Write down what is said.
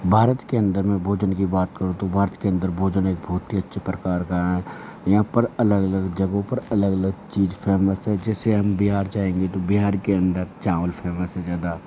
भारत के अंदर मैं भोजन की बात करूँ तो भारत के अंदर भोजन एक बहुत ही अच्छे प्रकार का यहाँ पर अलग अलग जगहों पर अलग अलग चीज़ फ़ेमस है जैसे हम बिहार जाएंगे तो बिहार के अंदर चावल फ़ेमस है ज़्यादा